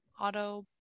auto